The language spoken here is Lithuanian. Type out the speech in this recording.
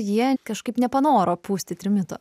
jie kažkaip nepanoro pūsti trimito